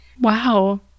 Wow